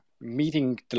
meeting